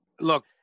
Look